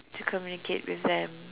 to communicate with them